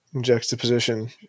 juxtaposition